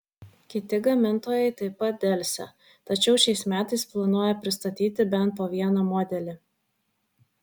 kiti gamintojai taip pat delsia tačiau šiais metais planuoja pristatyti bent po vieną modelį